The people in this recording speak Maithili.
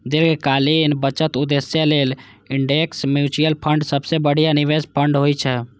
दीर्घकालीन बचत उद्देश्य लेल इंडेक्स म्यूचुअल फंड सबसं बढ़िया निवेश फंड होइ छै